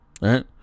right